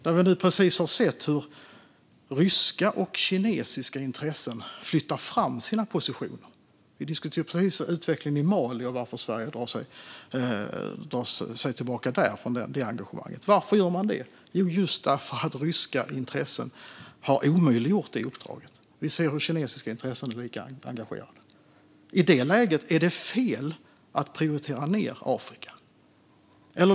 Där ser vi hur ryska och kinesiska intressen flyttar fram sina positioner. Vi diskuterade ju precis utvecklingen i Mali och varför Sverige drar sig tillbaka från detta engagemang. Varför gör Sverige det? Jo, därför att ryska intressen har omöjliggjort detta uppdrag. Vi ser också att kinesiska intressen är lika engagerade. I detta läge är det fel att prioritera ned Afrika.